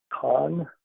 Con